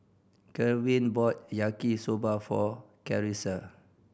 Kerwin bought Yaki Soba for Carissa